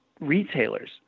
retailers